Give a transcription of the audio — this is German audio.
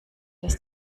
dass